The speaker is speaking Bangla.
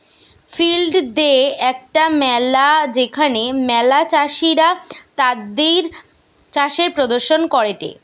ফিল্ড দে একটা মেলা যেখানে ম্যালা চাষীরা তাদির চাষের প্রদর্শন করেটে